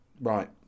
right